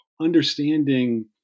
understanding